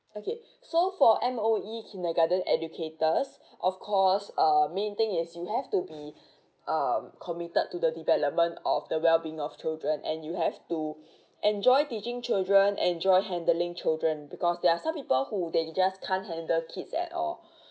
okay so for M_O_E kindergarten educators of course uh main thing is you have to be um committed to the development of the well being of children and you have to enjoy teaching children enjoy handling children because there are some people who they just can't handle kids at all